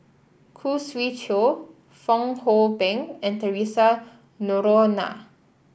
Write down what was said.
Khoo Swee Chiow Fong Hoe Beng and Theresa Noronha